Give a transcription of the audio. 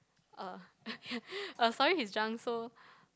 uh uh sorry he's drunk so